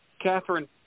Catherine